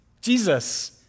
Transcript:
Jesus